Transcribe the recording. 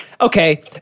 Okay